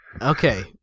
Okay